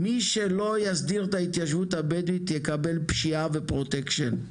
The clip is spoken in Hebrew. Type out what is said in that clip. מי שלא יסדיר את ההתיישבות הבדואית יקבל פשיעה ופרוטקשיין.